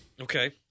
Okay